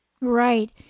Right